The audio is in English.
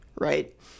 right